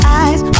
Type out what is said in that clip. eyes